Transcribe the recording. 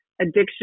addiction